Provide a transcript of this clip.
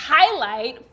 highlight